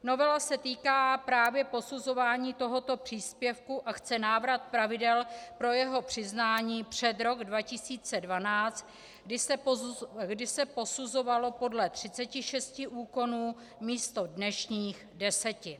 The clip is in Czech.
Novela se týká právě posuzování tohoto příspěvku a chce návrat pravidel pro jeho přiznání před rok 2012, kdy se posuzovalo podle 36 úkonů místo dnešních deseti.